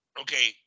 Okay